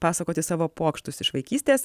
pasakoti savo pokštus iš vaikystės